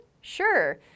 Sure